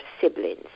siblings